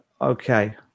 Okay